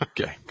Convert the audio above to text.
Okay